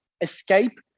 escape